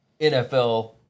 NFL